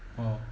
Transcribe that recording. or